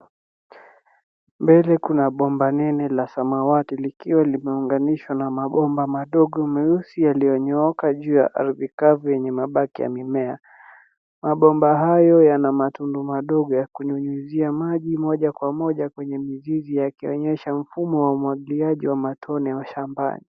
Mbele kuna bomba nene la samawati likiwa limeunganishwa na mabomba madogo meusi yaliyonyooka juu ya ardhi kavu yenye mabaki ya mimea. Mabomba hayo yana matundu madogo ya kunyunyizia maji moja kwa moja kwenye mizizi yakionyesha mfumo wa umwagiliaji wa matone mashambani.